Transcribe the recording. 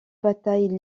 bataille